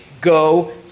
go